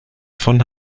von